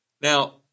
Now